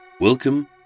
Welcome